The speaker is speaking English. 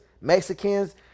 Mexicans